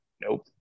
Nope